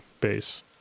base